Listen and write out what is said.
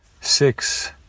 six